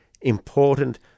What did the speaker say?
important